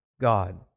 God